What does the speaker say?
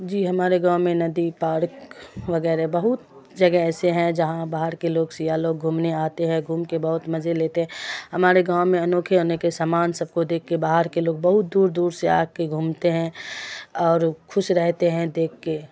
جی ہماڑے گاؤں میں ندی پاڑک وغیرہ بہت جگہ ایسے ہیں جہاں باہر کے لوگ سیاہ لوگ گھومنے آتے ہیں گھوم کے بہت مزے لیتے ہیں ہماڑے گاؤں میں انوکھے انیکے سامان سب کو دیکھ کے باہر کے لوگ بہت دور دور سے آ کے گھومتے ہیں اور خوش رہتے ہیں دیکھ کے